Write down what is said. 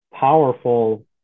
powerful